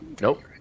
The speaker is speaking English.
Nope